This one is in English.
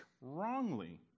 wrongly